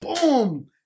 boom